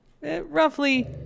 roughly